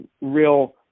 real